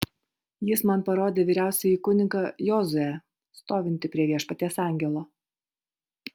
jis man parodė vyriausiąjį kunigą jozuę stovintį prie viešpaties angelo